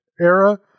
era